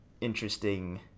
interesting